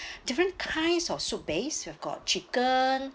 different kinds of soup base they got chicken